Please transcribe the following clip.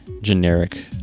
generic